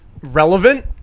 relevant